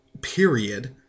period